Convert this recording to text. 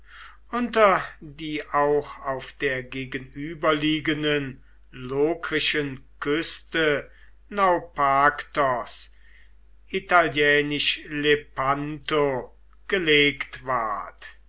unter die auch auf der gegenüberliegenden lokrischen küste naupaktos italienisch lepanto gelegt ward